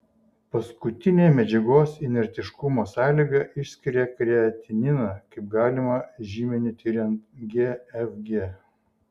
paskutinė medžiagos inertiškumo sąlyga išskiria kreatininą kaip galimą žymenį tiriant gfg